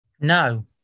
no